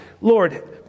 Lord